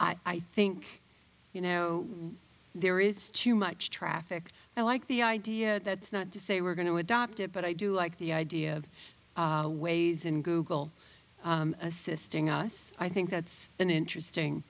i think you know there is too much traffic i like the idea that's not to say we're going to adopt it but i do like the idea of ways in google assisting us i think that's an interesting